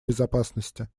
безопасности